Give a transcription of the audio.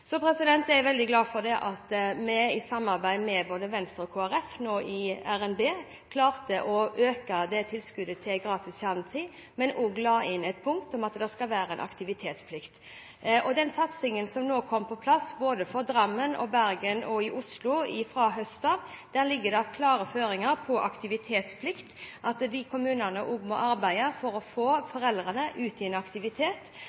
øke tilskuddet til gratis kjernetid, men også la inn et punkt om at det skal være en aktivitetsplikt. I den satsingen som kom på plass både i Drammen, Bergen og Oslo fra i høst av, ligger det klare føringer om aktivitetsplikt, at de kommunene må arbeide for å få